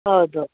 ಹೌದು